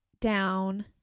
down